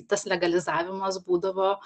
tas legalizavimas būdavo